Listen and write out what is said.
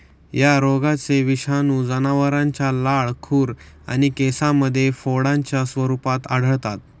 या रोगाचे विषाणू जनावरांच्या लाळ, खुर आणि कासेमध्ये फोडांच्या स्वरूपात आढळतात